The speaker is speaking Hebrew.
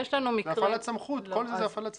כל זה זו הפעלת סמכות.